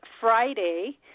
Friday